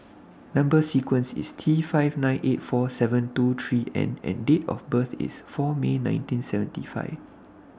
Number sequence IS T five nine eight four seven two three N and Date of birth IS four May nineteen seventy five